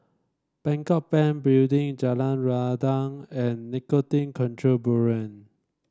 Bangkok Bank Building Jalan Rendang and Narcotin Control Bureau